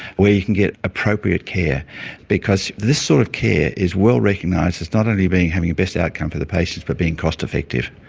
where you can get appropriate care because this sort of care is well recognised as not only being. having the best outcome for the patients but being cost-effective.